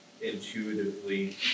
intuitively